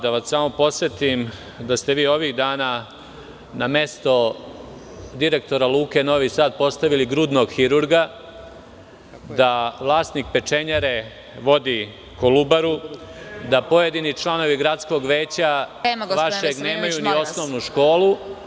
Da vas samo podsetim da ste vi ovih dana na mesto direktora Luke Novi Sad postavili grudnog hirurga, da vlasnik pečenjare vodi "Kolubaru", da pojedini članovi gradskog veća vašeg nemaju ni osnovnu školu…